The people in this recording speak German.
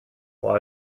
vor